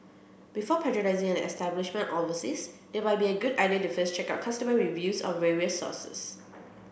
before patronising an establishment overseas it might be a good idea to first check out customer reviews on various sources